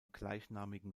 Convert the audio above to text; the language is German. gleichnamigen